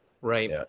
Right